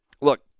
look